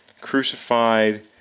Crucified